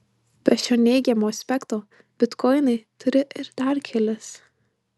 be šio neigiamo aspekto bitkoinai turi ir dar kelis